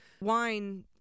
wine